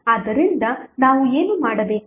ಆದ್ದರಿಂದ ನಾವು ಏನು ಮಾಡಬೇಕು